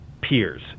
peers